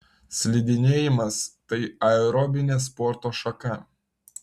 slidinėjimas tai aerobinė sporto šaka